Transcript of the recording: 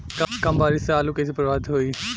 कम बारिस से आलू कइसे प्रभावित होयी?